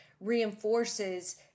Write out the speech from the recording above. reinforces